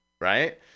Right